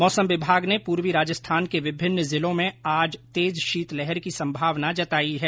मौसम विभाग ने पूर्वी राजस्थान के विभिन्न जिलों में आज तेज शीतलहर की संभावना जताई है